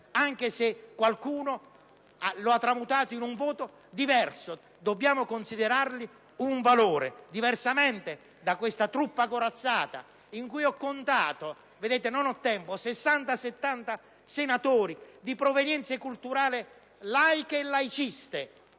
anche se qualcuno le ha tramutate in un voto diverso; le consideriamo un valore, a differenza di questa truppa corazzata in cui ho contato circa 60 o 70 senatori di provenienza culturale laica e laicista